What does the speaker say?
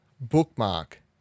bookmark